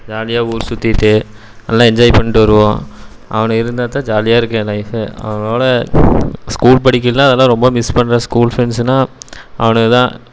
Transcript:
ஜாலியாக ஊர் சுத்திவிட்டு நல்லா என்ஜாய் பண்ணிவிட்டு வருவோம் அவனுங்க இருந்தால் தான் ஜாலியாக இருக்கும் என் லைஃப்பு அவனுங்களோடு ஸ்கூல் படிக்கையிலலாம் அதெல்லாம் ரொம்ப மிஸ் பண்ணுவேன் ஸ்கூல் ஃப்ரெண்ட்ஸுனா அவனுங்கதான்